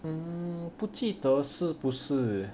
mm 不记得是不是